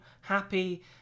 happy